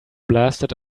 blasted